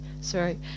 sorry